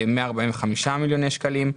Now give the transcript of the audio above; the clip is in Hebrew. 145 מיליוני שקלים,